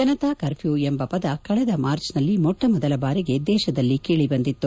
Janata curfew ಎಂಬ ಪದ ಕಳೆದ ಮಾರ್ಚ್ನಲ್ಲಿ ಮೊಟ್ಟಮೊದಲ ಬಾರಿಗೆ ದೇಶದಲ್ಲಿ ಕೇಳಿ ಬಂದಿತ್ತು